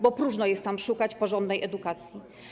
Bo próżno jest tam szukać porządnej edukacji.